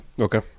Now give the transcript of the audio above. Okay